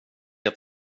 att